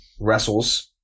wrestles